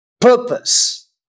purpose